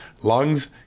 lungs